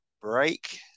break